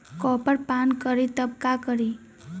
Copper पान करी तब का करी?